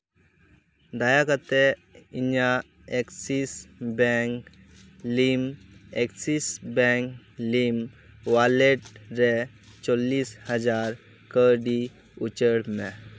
ᱫᱟᱭᱟ ᱠᱟᱛᱮᱫ ᱤᱧᱟᱹᱜ ᱮᱠᱥᱤᱥ ᱵᱮᱝᱠ ᱞᱤᱢ ᱮᱠᱥᱤᱥ ᱵᱮᱝᱠ ᱞᱤᱢ ᱳᱣᱟᱞᱮᱴ ᱨᱮ ᱪᱚᱞᱞᱤᱥ ᱦᱟᱡᱟᱨ ᱠᱟᱹᱣᱰᱤ ᱩᱪᱟᱹᱲ ᱢᱮ